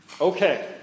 Okay